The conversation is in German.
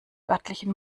örtlichen